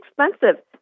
expensive